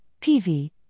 PV